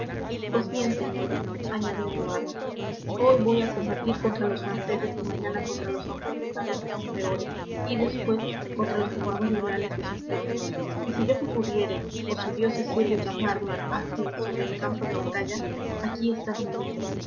pues bien señores añadió navarro hoy voy a combatir contra los franceses y mañana contra los afrancesados que son peores y después contra los llamados liberales que son pésimos y si yo no pudiere o si dios se sirve llamarme a sí sobre el campo de batalla aquí está mi hijo